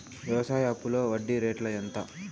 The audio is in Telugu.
వ్యవసాయ అప్పులో వడ్డీ రేట్లు ఎంత?